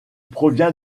provient